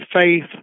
faith